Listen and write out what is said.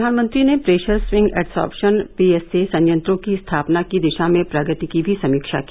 प्रधानमंत्री ने pressure swing adsorption PSA संयंत्रों की स्थापना की दिशा में प्रगति की भी समीक्षा की